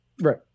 Right